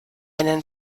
einen